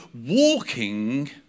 walking